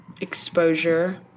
exposure